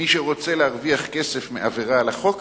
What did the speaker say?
מי שרוצה להרוויח כסף מעבירה על החוק,